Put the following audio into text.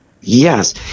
Yes